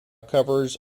covers